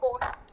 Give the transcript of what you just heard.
post